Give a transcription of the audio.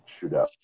shootout